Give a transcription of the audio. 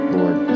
Lord